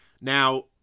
Now